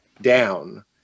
down